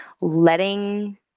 letting